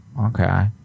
Okay